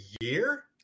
year